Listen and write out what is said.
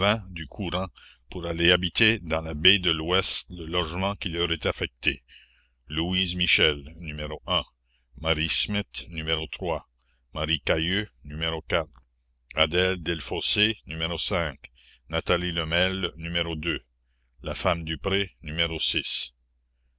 du courant pour aller habiter dans la baie de l'ouest le logement qui leur est affecté louise michel n a n a a dit le n a le la femme dupré n